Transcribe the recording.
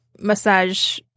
massage